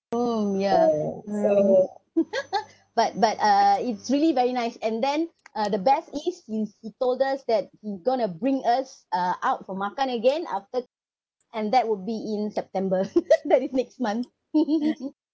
oh yeah so but but ya it's really very nice and then uh the best is you he told us that he going to bring us(uh) out for makan again after and that would be in september that is next month